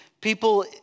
people